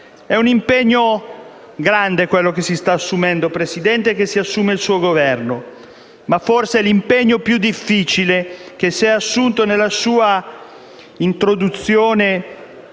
È un impegno grande quello che si sta assumendo, Presidente, e che si assume il suo Governo. Ma forse l'impegno più difficile che si è assunto nella sua introduzione